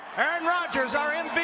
aaron rodgers our and